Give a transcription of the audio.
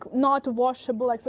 not washable like so